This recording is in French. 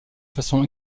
façon